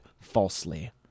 falsely